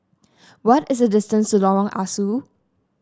what is the distance to Lorong Ah Soo